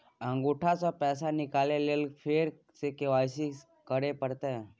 अंगूठा स पैसा निकाले लेल फेर स के.वाई.सी करै परतै?